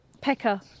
Pecker